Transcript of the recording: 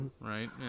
right